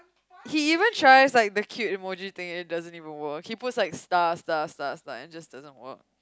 he even tries like the cute emoji thing it doesn't even work he puts like star star star star and just didn't work